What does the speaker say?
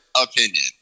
opinion